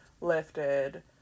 lifted